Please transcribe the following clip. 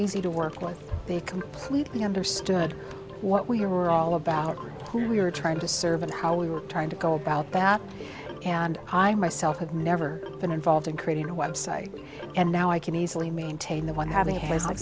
easy to work plus they completely understood what we were all about who we were trying to serve and how we were trying to go about that and i myself have never been involved in creating a website and now i can easily maintain that one h